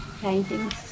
paintings